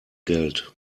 geld